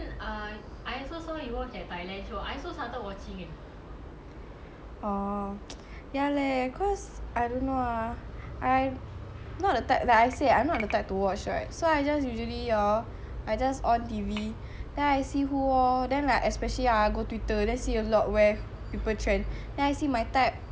oh ya leh cause I don't know ah I not the type like I say I not the type to watch right so I just usually hor I just on T_V then I see who lor then like especially go twitter then see a lot people trend then I see my type I watch lor then you leh what gets your interest to that show